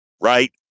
right